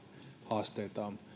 haasteita on